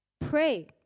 pray